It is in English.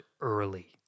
early